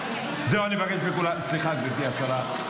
זהו, אני מבקש מכולם, סליחה, גברתי השרה.